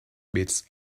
bits